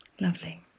Lovely